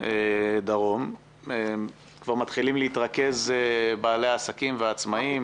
דרום כבר מתחילים להתרכז בעלי עסקים ועצמאים,